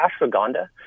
ashwagandha